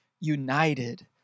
united